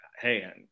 Hey